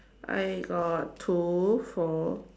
I got two four